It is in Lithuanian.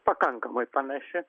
pakankamai panaši